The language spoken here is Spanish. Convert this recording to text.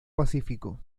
pacífico